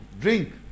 drink